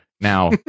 Now